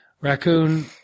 raccoon